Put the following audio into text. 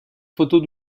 photos